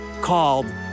called